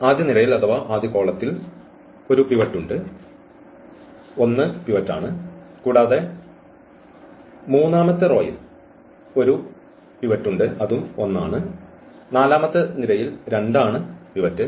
ആദ്യ നിരയിൽ 1 പിവറ്റ് ആണ് കൂടാതെ മൂന്നാമത്തെ നിരയിൽ 1 പിവറ്റ് ആണ് നാലാമത്തെ നിരയിൽ 2 ആണ് പിവറ്റ്